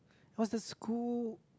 what's the school